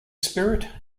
spirit